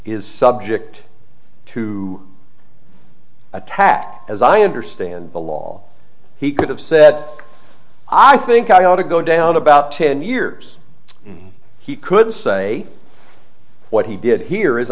is subject to attack as i understand the law he could have said i think i ought to go down about ten years he could say what he did here is